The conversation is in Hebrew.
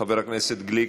חבר הכנסת גליק,